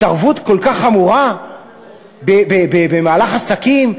התערבות כל כך חמורה במהלך עסקים,